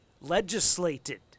legislated